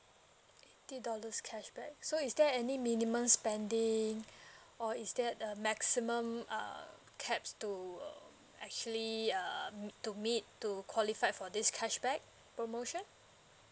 eighty dollars cashback so is there any minimum spending or is that a maximum err caps to uh actually um to meet to qualified for this cashback promotion